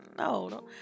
No